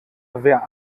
wer